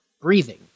breathing